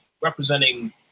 representing